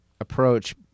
approach